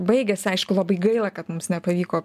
baigėsi aišku labai gaila kad mums nepavyko